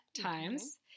times